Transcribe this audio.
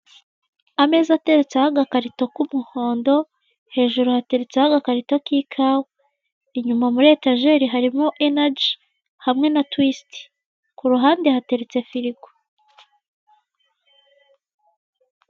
Ameza ateretseho agakarito k'umuhondo, hejuru hateretseho agakarito k'ikawa. Inyuma muri etajeri harimo enaji hamwe na twisiti, kuruhande hateretse firigo.